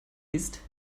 ist